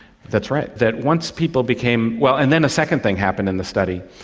that's right, that once people became, well, and then a second thing happened in the study,